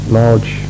large